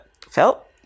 felt